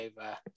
over